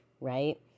right